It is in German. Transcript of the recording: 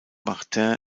martin